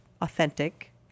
authentic